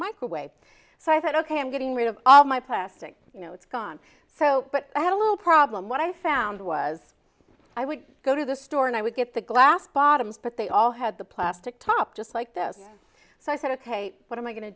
microwave so i thought ok i'm getting rid of all my plastic you know it's gone so but i had a little problem what i found was i would go to the store and i would get the glass bottoms but they all had the plastic top just like those so i said ok what am i going to